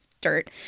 dirt